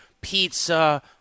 pizza